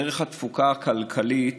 ערך התפוקה הכלכלית